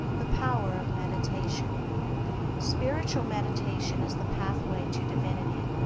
the power of meditation spiritual meditation is the pathway to divinity.